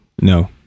No